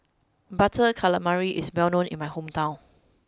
Butter Calamari is well known in my hometown